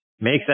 makes